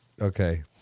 Okay